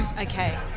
Okay